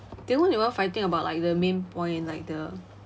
they weren't even fighting about like the main point like the